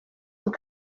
some